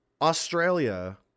Australia